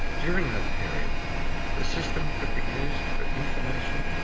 during that period the system could be used for information,